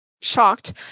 shocked